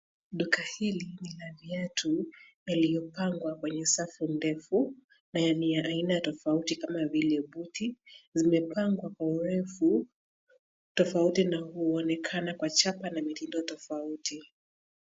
Duka hili ni la viatu yaliyopangwa kwenye safu ndefu na ni ya aina tofauti kama vile buti, zimepangwa kwa urefu tofauti na huonekana kwa chapa na mitindo tofauti.